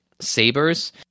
sabers